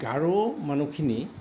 গাৰো মানুহখিনি